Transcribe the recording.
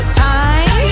time